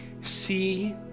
see